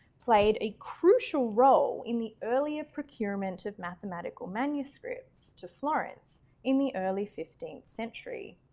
played a crucial role in the earlier procurement of mathematical manuscripts to florence in the early fifteenth century.